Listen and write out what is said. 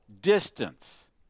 distance